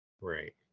Right